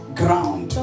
ground